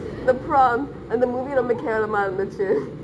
the prompt அந்த:antha movie ரொம்ப கேவலமா இருந்துச்சி:rombe kevalemaa irunthuchi